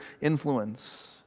influence